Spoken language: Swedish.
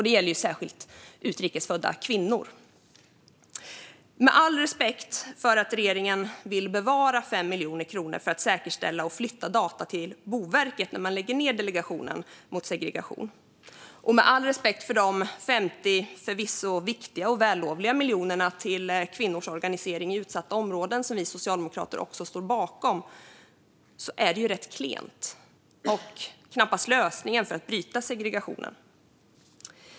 Det gäller särskilt utrikes födda kvinnor. Med all respekt för att regeringen vill bevara 5 miljoner kronor för att säkerställa och flytta data till Boverket när man lägger ned Delegationen mot segregation och med all respekt för de 50, förvisso viktiga och vällovliga, miljonerna till kvinnors organisering i utsatta områden, som vi socialdemokrater också står bakom, är det rätt klent och knappast en lösning för att bryta segregationen.